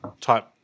type